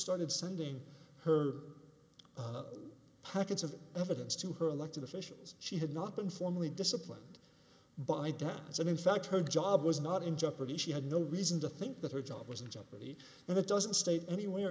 started sending her packets of evidence to her elected officials she had not been formally disciplined but it doesn't in fact her job was not in jeopardy she had no reason to think that her job was in jeopardy and that doesn't state anywhere